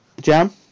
Jam